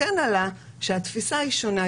כן על שהתפיסה היא שונה,